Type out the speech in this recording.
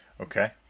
Okay